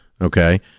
Okay